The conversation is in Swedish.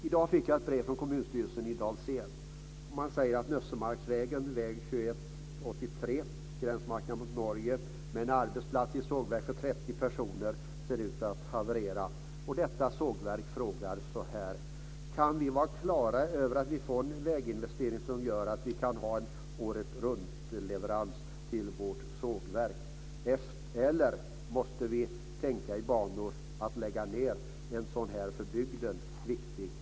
I dag fick jag ett brev från kommunstyrelsen i Dals-Ed om Nössemarksvägen, väg 2183, på gränsen till Norge. Satsningen på sågverket med 30 arbetstillfällen ser ut att haverera. Från sågverket ställer man frågan: Kan vi vara klara över att vi får en väginvestering som gör att vi kan ha åretruntleveranser till vårt sågverk, eller måste vi tänka i banor att lägga ned en sådan för bygden viktig industri?